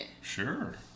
Sure